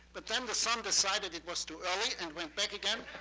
but then the sun decided it was too early, and went back again,